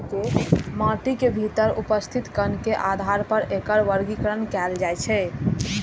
माटिक भीतर उपस्थित कण के आधार पर एकर वर्गीकरण कैल जाइ छै